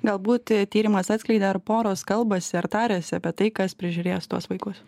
galbūt tyrimas atskleidė ar poros kalbasi ar tariasi apie tai kas prižiūrės tuos vaikus